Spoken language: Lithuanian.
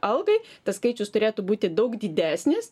algai tas skaičius turėtų būti daug didesnis